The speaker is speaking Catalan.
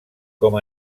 com